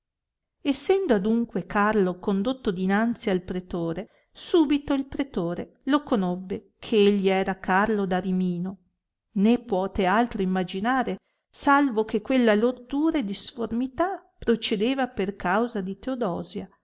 essendo adunque carlo condotto dinanzi al pretore subito il pretore lo conobbe che egli era carlo da arimino né puote altro imaginare salvo che quella lordura e disformità procedeva per causa di teodosia